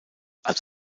als